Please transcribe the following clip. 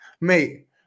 Mate